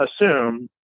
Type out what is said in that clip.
assume